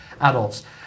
adults